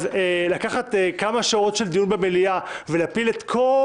אז לקחת כמה שעות של דיון במליאה ולהפיל את כל